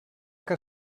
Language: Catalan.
que